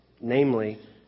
namely